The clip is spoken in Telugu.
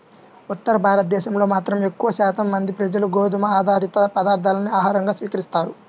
ఉత్తర భారతదేశంలో మాత్రం ఎక్కువ శాతం మంది ప్రజలు గోధుమ ఆధారిత పదార్ధాలనే ఆహారంగా స్వీకరిస్తారు